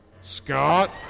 Scott